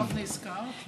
עכשיו נזכרת,